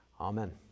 Amen